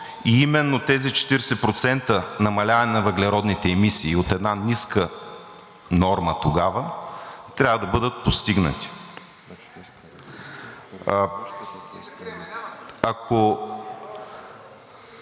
и именно тези 40% намаляване на въглеродните емисии от една ниска норма тогава трябва да бъдат постигнати. Ако